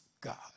God